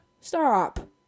Stop